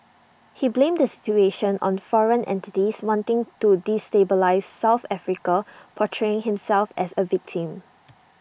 he blamed the situation on foreign entities wanting to destabilise south Africa portraying himself as A victim